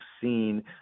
seen